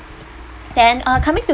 then uh coming to